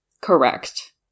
Correct